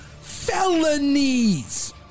felonies